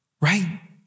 right